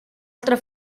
altra